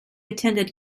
attended